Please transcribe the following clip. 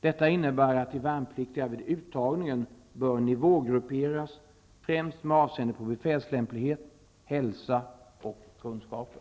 Detta innebär att de värnpliktiga vid uttagningen bör nivågrupperas främst med avseende på befälslämplighet, hälsa och kunskaper.